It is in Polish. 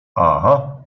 aha